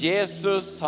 Jesus